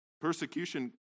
Persecution